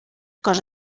cosa